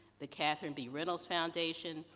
the catherine b reynolds foundation,